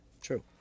True